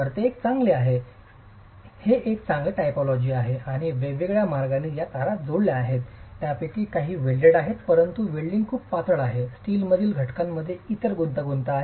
तर ते एक चांगले आहे हे एक चांगले टायपोलॉजी आहे आणि वेगवेगळ्या मार्गांनी या तारा जोडल्या आहेत त्यापैकी काही वेल्डेड आहेत परंतु वेल्डिंग खूप पातळ आहे स्टीलमधील घटकांमध्ये इतर गुंतागुंत आहे